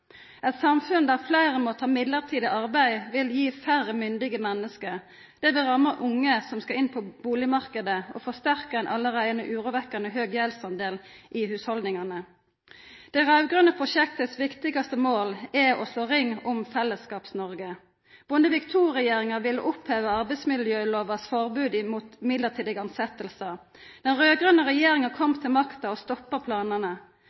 Eit samfunn der fleire må ta mellombels arbeid, vil gi færre myndige menneske. Det vil ramma unge som skal inn på bustadmarknaden, og forsterka ein allereie urovekkjande høg gjeldsandel i hushaldningane. Det raud-grønne prosjektet sitt viktigaste mål er å slå ring om Fellesskaps-Noreg. Bondevik II-regjeringa ville oppheva arbeidsmiljølova sitt forbod mot mellombelse tilsetjingar. Den raud-grønne regjeringa kom til makta og stoppa planane.